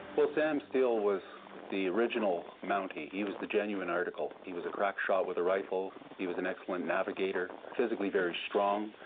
well sam steele was the original mountie, he was the genuine article. he was a crack shot with a rifle, he was an excellent navigator, physically very strong,